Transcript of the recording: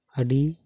ᱟᱹᱰᱤ